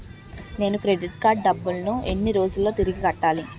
నేను credit card డబ్బును ఎన్ని రోజుల్లో తిరిగి కట్టాలి?